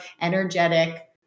energetic